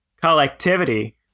collectivity